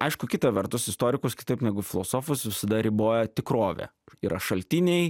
aišku kita vertus istorikus kitaip negu filosofus visada ribojo tikrovė yra šaltiniai